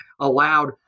allowed